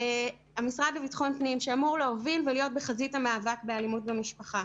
המשרד לביטחון פנים אמור להוביל ולהיות בחזית המאבק באלימות במשפחה.